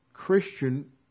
Christian